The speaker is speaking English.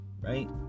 right